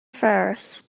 first